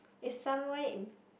is somewhere in